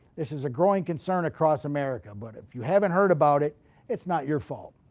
this is a growing concern across america, but if you haven't heard about it it's not your fault.